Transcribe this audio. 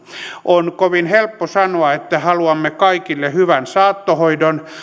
on kovin helppo sanoa että haluamme kaikille hyvän saattohoidon